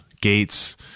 gates